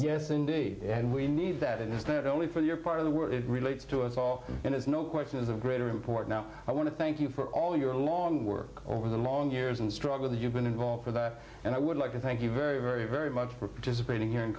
yes indeed and we need that it is not only for your part of the world it relates to us all and as no question is of greater importance i want to thank you for all your long work over the long years and struggle that you've been involved for that and i would like to thank you very very very much for just painting here in